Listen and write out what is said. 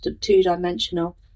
two-dimensional